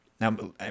Now